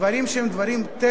דברים שהם טכניים,